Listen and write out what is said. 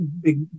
big